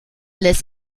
les